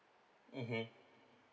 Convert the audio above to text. mmhmm